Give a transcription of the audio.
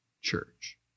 church